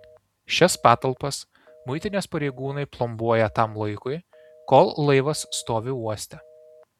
šias patalpas muitinės pareigūnai plombuoja tam laikui kol laivas stovi uoste